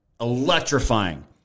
electrifying